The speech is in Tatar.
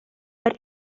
бер